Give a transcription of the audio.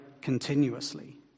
continuously